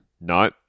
No